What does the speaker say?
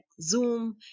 Zoom